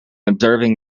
observing